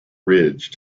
ridge